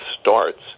starts